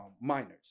minors